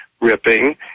ripping